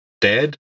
dead